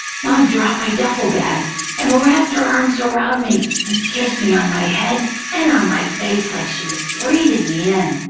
mom dropped my duffel bag and wrapped her arms around me and kissed me on my head and on my face like she was breathing me in.